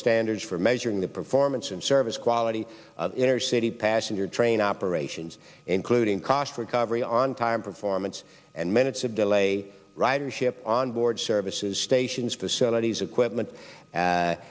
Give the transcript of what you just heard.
standards for measuring the performance and service quality of inner city passenger train operations including cost recovery on time performance and minutes of delay ridership on board services stations facilities equipment